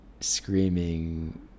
screaming